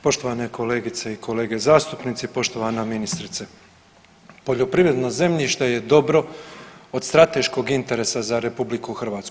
Poštovane kolegice i kolege zastupnici, poštovana ministrice, poljoprivredno zemljište je dobro od strateškog interesa za RH.